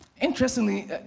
Interestingly